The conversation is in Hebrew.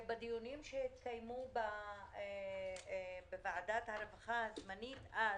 בדיונים שהתקיימו בוועדת הרווחה הזמנית היה